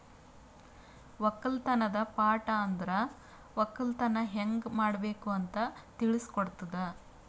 ಒಕ್ಕಲತನದ್ ಪಾಠ ಅಂದುರ್ ಒಕ್ಕಲತನ ಹ್ಯಂಗ್ ಮಾಡ್ಬೇಕ್ ಅಂತ್ ತಿಳುಸ್ ಕೊಡುತದ